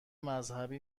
مذهبی